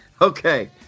Okay